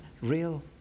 real